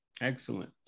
Excellent